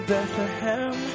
Bethlehem